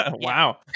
wow